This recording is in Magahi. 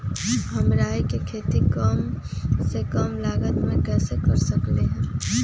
हम राई के खेती कम से कम लागत में कैसे कर सकली ह?